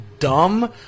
Dumb